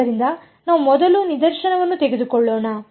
ಆದ್ದರಿಂದ ನಾವು ಮೊದಲು ನಿದರ್ಶನವನ್ನು ತೆಗೆದುಕೊಳ್ಳೋಣ